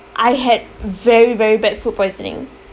I had very very bad food poisoning